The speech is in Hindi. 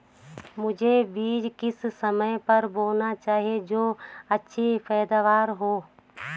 मुझे बीज किस समय पर बोना चाहिए जो अच्छी पैदावार हो?